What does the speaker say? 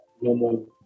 normal